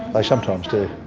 they sometimes do.